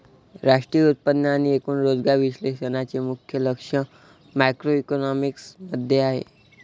राष्ट्रीय उत्पन्न आणि एकूण रोजगार विश्लेषणाचे मुख्य लक्ष मॅक्रोइकॉनॉमिक्स मध्ये आहे